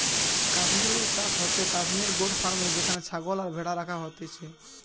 Kashmir wool চাষ হচ্ছে Kashmir goat ফার্মে যেখানে ছাগল আর ভ্যাড়া রাখা হইছে